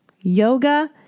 Yoga